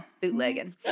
bootlegging